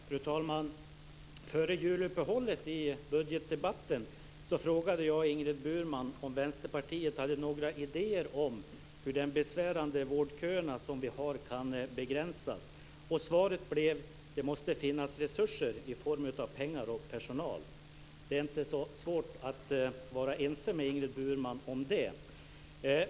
Fru talman! Före juluppehållet, i budgetdebatten, frågade jag Ingrid Burman om Vänsterpartiet hade några idéer om hur de besvärande vårdköer som vi har kan begränsas. Svaret blev: Det måste finnas resurser i form av pengar och personal. Det är inte så svårt att vara ense med Ingrid Burman om det.